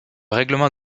règlement